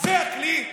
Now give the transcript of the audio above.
זה הכלי.